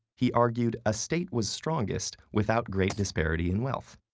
he argued a state was strongest without great disparity in wealth.